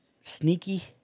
sneaky